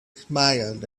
smiled